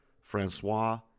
Francois